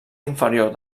inferior